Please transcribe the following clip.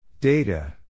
Data